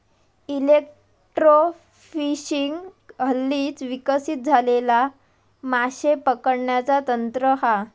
electrofishing हल्लीच विकसित झालेला माशे पकडण्याचा तंत्र हा